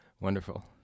Wonderful